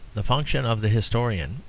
the function of the historian,